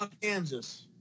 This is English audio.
Kansas